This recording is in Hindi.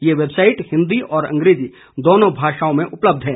ये वैबसाईट हिंदी और अंग्रेजी दोनों भाषाओं में उपलब्ध है